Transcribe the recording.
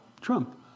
Trump